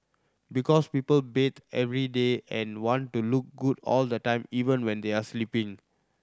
because people bath every day and want to look good all the time even when they are sleeping